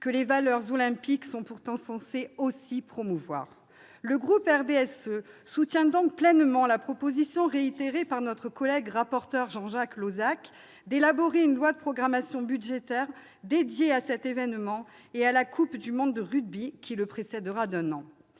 que les valeurs olympiques sont pourtant censées aussi promouvoir ? Le groupe du RDSE soutient donc pleinement la proposition réitérée par notre collègue rapporteur pour avis, Jean-Jacques Lozach, d'élaborer une loi de programmation budgétaire dédiée à cet événement et à la Coupe du monde de rugby, qui le précédera d'un an.